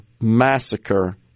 massacre